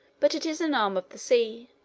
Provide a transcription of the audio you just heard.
but it is an arm of the sea,